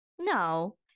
No